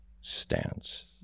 stance